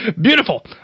Beautiful